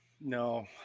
No